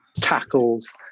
tackles